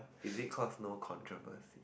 is it cause no controversy